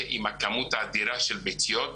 עמותת חן לפריון הגישה לוועדת הסל ל-2022.